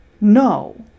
No